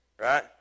right